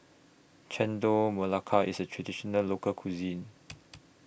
Chendol Melaka IS A Traditional Local Cuisine